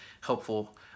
helpful